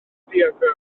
diagram